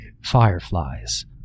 fireflies